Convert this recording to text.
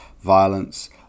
violence